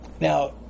Now